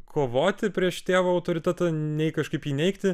kovoti prieš tėvo autoritetą nei kažkaip jį neigti